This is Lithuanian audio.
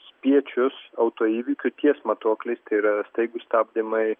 spiečius autoįvykių ties matuokliais tai yra staigūs stabdymai